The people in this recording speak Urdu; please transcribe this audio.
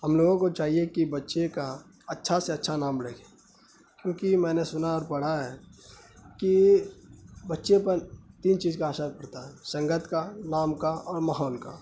ہم لوگوں کو چاہیے کہ بچے کا اچھا سے اچھا نام رکھے کیونکہ میں نے سنا اور پڑھا ہے کہ بچے پر تین چیز کا اثر پرتا ہے سنگت کا نام کا اور ماحول کا